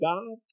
God